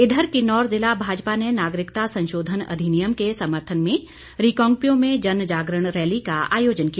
इधर किन्नौर जिला भाजपा ने नागरिकता संशोधन अधिनियम के समर्थन में रिकांगपिओ में जनजागरण रैली का आयोजन किया